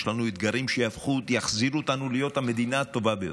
יש לנו אתגרים שיחזירו אותנו להיות המדינה הטובה ביותר.